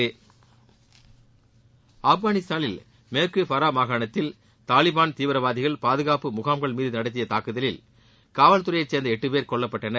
ஆப்கன் தாக்குதல் ஆப்கானிஸ்தானில் மேற்கு ஃபரா மாகானத்தில் தாலிபாள் தீவிரவாதிகள் பாதுகாப்பு முகாம்கள் மீது தாக்குதல் நடத்தியதில் காவல்துறையைச் சேர்ந்த எட்டு பேர் கொல்லப்பட்டனர்